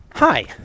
hi